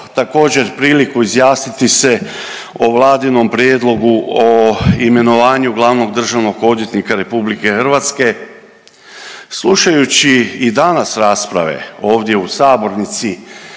također priliku izjasniti se o Vladinom prijedlogu o imenovanju glavnog državnog odvjetnika RH. Slušajući i danas rasprave ovdje u sabornici,